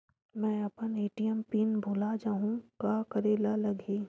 मैं अपन ATM pin भुला जहु का करे ला लगही?